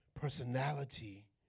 personality